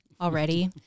already